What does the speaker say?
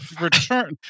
return